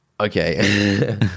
Okay